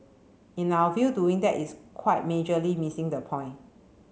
in our view doing that is quite majorly missing the point